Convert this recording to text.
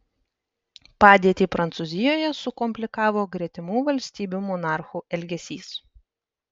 padėtį prancūzijoje sukomplikavo gretimų valstybių monarchų elgesys